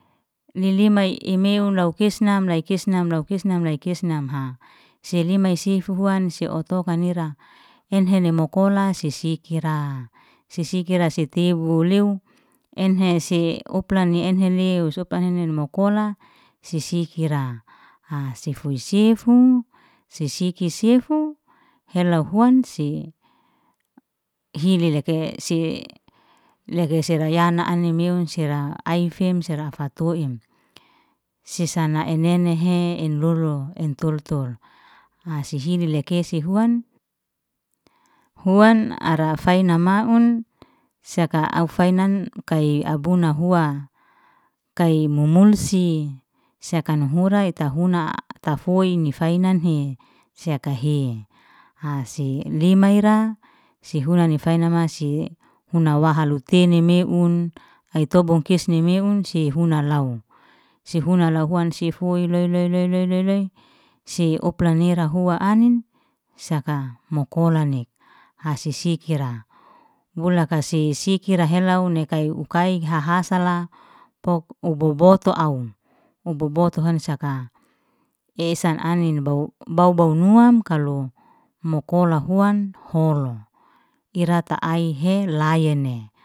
Li lima i meun, lau kisnam, nai kisnam lau kisnam nai kisnam ha, sei lima si huhuan si otaham ira, enhe ne mokola si sikira, si sisikira si tebu lew, enhe sei oplan en enhe lew, sopan enen mokola si sikira. si fuy sefu si siki sefu heloy huan, si hili leke si leke se rayana ani meun sir ai fem sera afa toim, si san enenehe inlolo entul tul, si hili leke si huan, huan ara faina maun, saka au fainan kai abuna hua kai mumunsi seka nun hurai ita huna ta foi ni fainanhi sei hakahe hase lima ira sei hunani fai nama sei huna wahalu teni meun ai tobu kisne meun si huna lau, si huna lahuan sifui le le le lei si upla nira hua nin saka mokolani si sikira, bulaka sikira helau nekai u kai hahasala, pok u bobotu au, u bobotu han saka. esan anin bau bau- bau nuam kalo mukola huan holo ira ta ai helayni.